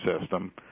system